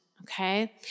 okay